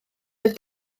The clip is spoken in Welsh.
oedd